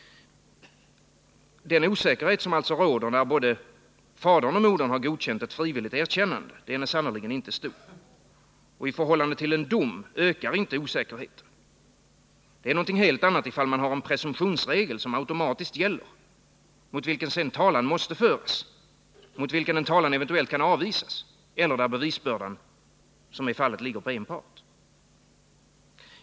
Den osäkerhet som råder när både fadern och modern har godkänt ett frivilligt erkännande är sannerligen inte stor. Och i förhållande till en dom ökar inte osäkerheten. Det är något helt annat, ifall man har en presumtionsregel, som automatiskt gäller, mot vilken talan måste föras, mot vilken en talan eventuellt kan avvisas och där bevisbördan som i detta fall ligger på en part.